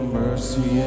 mercy